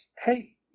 hey